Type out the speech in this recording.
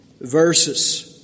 verses